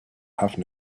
have